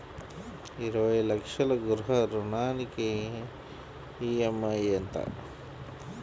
ఇరవై లక్షల గృహ రుణానికి ఈ.ఎం.ఐ ఎంత?